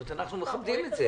אנחנו מכבדים את זה.